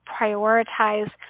prioritize